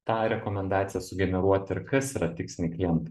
tą rekomendaciją sugeneruoti ir kas yra tiksliniai klientai